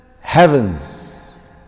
heavens